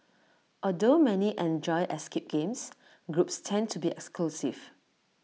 although many enjoy escape games groups tend to be exclusive